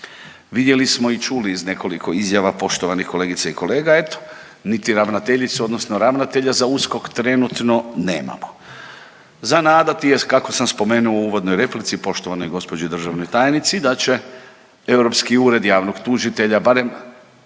Vidjeli smo i čuli iz nekoliko izjava poštovanih kolegica i kolega, eto niti ravnateljicu odnosno ravnatelja za USKOK trenutno nemamo. Za nadati je kako sam spomenuo u uvodnoj replici poštovanoj gospođi državnoj tajnici da će Europski ured javnog tužitelja barem